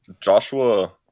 joshua